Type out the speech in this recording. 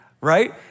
right